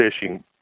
fishing